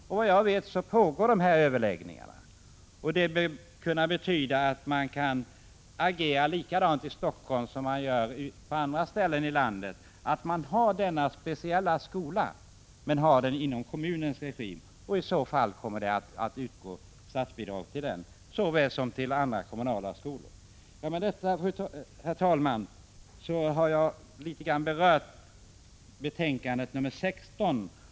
Såvitt jag vet pågår också överläggningar härom, och detta bör betyda att man i Helsingfors skall kunna agera på samma sätt som man gör på andra ställen i landet, dvs. behålla skolan men driva den i kommunens regi. I så fall kommer det att utgå statsbidrag till den liksom till andra kommunala skolor. Med detta, herr talman, har jag litet grand berört betänkandet nr 16.